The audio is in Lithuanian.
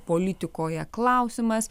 politikoje klausimas